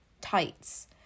Tights